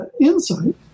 insight